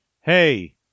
hey